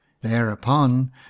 Thereupon